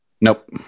nope